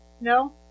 No